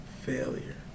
Failure